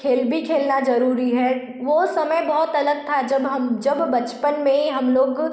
खेल भी खेलना ज़रूरी है वह समय बहुत अलग था जब हम जब बचपन में हम लोग